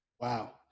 Wow